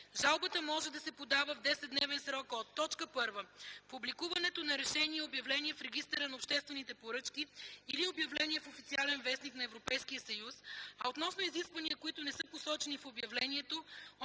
Жалба може да се подава в 10-дневен срок от: 1. публикуването на решение и обявление в Регистъра на обществените поръчки или обявление в „Официален вестник” на Европейския съюз, а относно изисквания, които не са посочени в обявлението